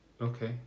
okay